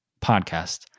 podcast